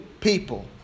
people